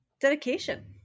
dedication